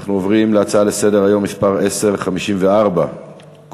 אנחנו עוברים להצעה לסדר-היום מס' 1054 קופות-החולים